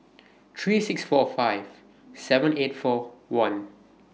three thousand six hundred and forty five seven thousand eight hundred and forty one